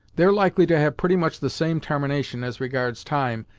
they're likely to have pretty much the same tarmination, as regards time,